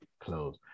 Close